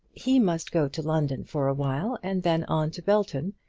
he must go to london for awhile, and then on to belton,